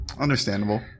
Understandable